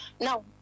Now